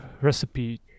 recipe